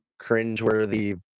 cringeworthy